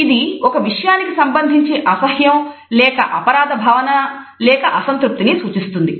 ఇది ఒక విషయానికి సంబంధించి అసహ్యం లేక అపరాధ భావన లేక అసంతృప్తిని సూచిస్తుంది